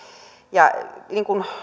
ja niin kuin